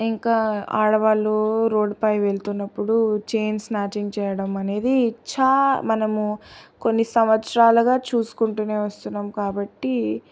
ఇంకా ఆడవాళ్ళ రోడ్డుపై వెళ్తున్నప్పుడు చైన్ స్నాచింగ్ చేయడం అనేది చా మనము కొన్ని సంవత్సరాలుగా చూసుకుంటూనే వస్తున్నాం కాబట్టి